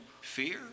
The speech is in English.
fear